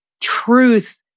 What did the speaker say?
truth